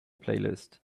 playlist